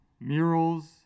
Murals